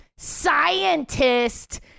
scientist